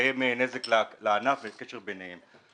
ומתקיים נזק לענף ולקשר ביניהם.